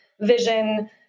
vision